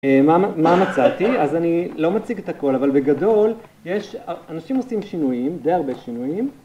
מה מצאתי? אז אני לא מציג את הכל, אבל בגדול יש, אנשים עושים שינויים, די הרבה שינויים.